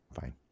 fine